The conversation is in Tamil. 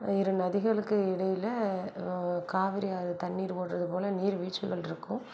இரு நதிகளுக்கு இடையில் காவிரி ஆறு தண்ணீர் ஓடுவது போல நீர் வீழ்ச்சிகள் இருக்கும்